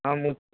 ହଁ ମୁଁ